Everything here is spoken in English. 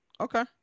okay